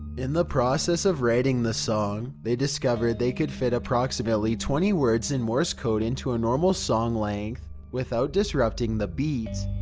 in the process of writing the song, they discovered they could fit approximately twenty words in morse code into a normal song length without disrupting the beat.